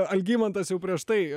algimantas jau prieš tai